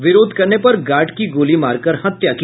विरोध करने पर गार्ड की गोली मारकर हत्या की